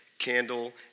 candle